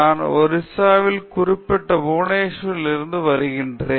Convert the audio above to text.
நான் ஒரிசாவில் குறிப்பாக புவனேஸ்வரில் இருந்து வருகிறேன்